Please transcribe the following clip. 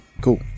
cool